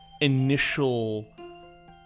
initial